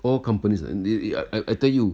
all companies uh I I tell you